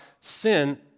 sin